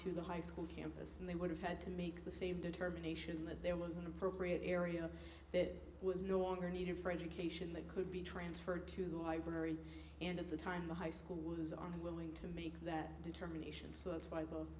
to the high school campus and they would have had to make the same determination that there was an appropriate area that was no longer needed for education that could be transferred to the library and at the time the high school was on the willing to make that determination so it's